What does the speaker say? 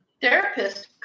therapist